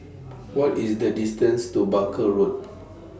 What IS The distance to Barker Road